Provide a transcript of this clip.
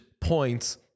points